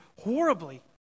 horribly